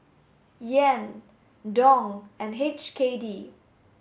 Yen Dong and H K D